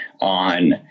on